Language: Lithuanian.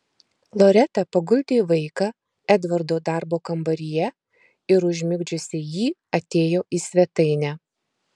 loreta paguldė vaiką edvardo darbo kambaryje ir užmigdžiusi jį atėjo į svetainę